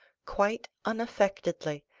quite unaffectedly,